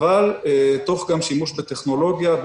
אבל תוך שימוש בטכנולוגיה,